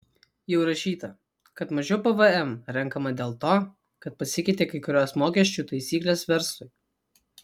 jau rašyta kad mažiau pvm renkama dėl to kad pasikeitė kai kurios mokesčių taisyklės verslui